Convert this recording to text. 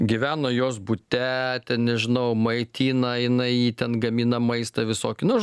gyvena jos bute nežinau maitina jinai jį ten gamina maistą visokį nu žo